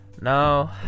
no